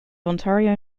ontario